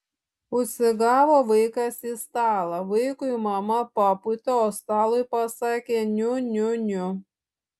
užsigavo vaikas į stalą vaikui mama papūtė o stalui pasakė niu niu niu